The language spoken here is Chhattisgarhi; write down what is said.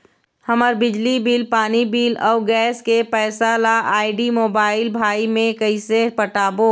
हमर बिजली बिल, पानी बिल, अऊ गैस के पैसा ला आईडी, मोबाइल, भाई मे कइसे पटाबो?